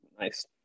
nice